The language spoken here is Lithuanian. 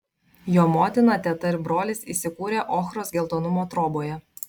jo motina teta ir brolis įsikūrę ochros geltonumo troboje